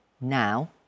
now